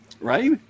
Right